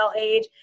age